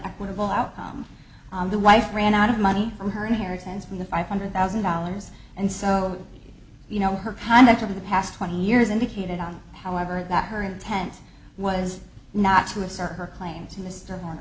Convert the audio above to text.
equitable outcome the wife ran out of money from her inheritance from the five hundred thousand dollars and so you know her and that of the past twenty years indicated on however that her intent was not to assert her claims